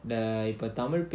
இப்போ தமிழ்:ippo tamil